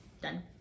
Done